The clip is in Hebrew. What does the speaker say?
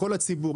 כל הציבור,